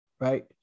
right